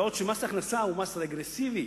בעוד שמס הכנסה הוא מס רגרסיבי